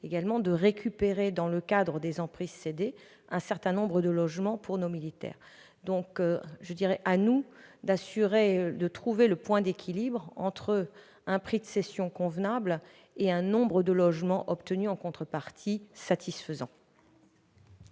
également de récupérer, dans le cadre des emprises cédées, un certain nombre de logements pour nos militaires. Il nous revient de trouver le point d'équilibre entre un prix de cession convenable et un nombre de logements obtenus en contrepartie satisfaisant.